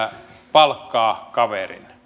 palkkaa kaverin